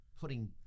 putting